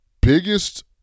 biggest